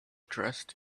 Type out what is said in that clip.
dressed